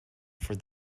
for